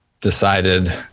decided